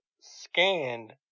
scanned